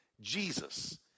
Jesus